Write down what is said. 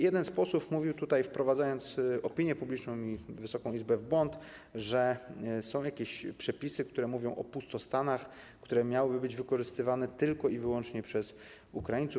Jeden z posłów mówił tutaj, wprowadzając opinię publiczną i Wysoką Izbę w błąd, że są jakieś przepisy, które mówią o pustostanach, które miałyby być wykorzystywane tylko i wyłącznie przez Ukraińców.